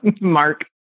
Mark